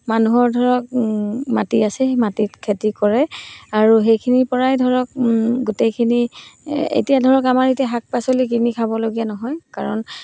মানুহৰ ধৰক মাটি আছে সেই মাটিত খেতি কৰে আৰু সেইখিনিৰপৰাই ধৰক গোটেইখিনি এতিয়া ধৰক আমাৰ এতিয়া শাক পাচলি কিনি খাবলগীয়া নহয় কাৰণ